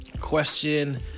Question